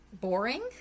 boring